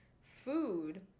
food